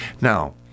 Now